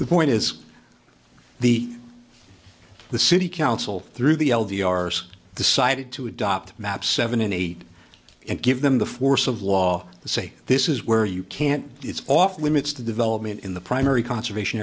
the point is the the city council through the l d r decided to adopt maps seven and eight and give them the force of law to say this is where you can't it's off limits to development in the primary conservation